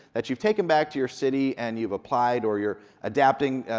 that you've taken back to your city and you've applied or you're adapting?